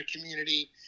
community